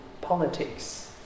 politics